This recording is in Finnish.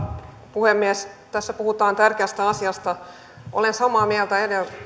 puhemies tässä puhutaan tärkeästä asiasta olen samaa mieltä